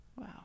Wow